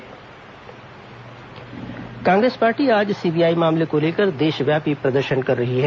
कांग्रेस प्रदर्शन कांग्रेस पार्टी आज सीबीआई मामले को लेकर देशव्यापी प्रदर्शन कर रही है